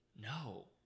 no